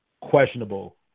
questionable